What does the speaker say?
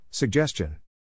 Suggestion